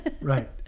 right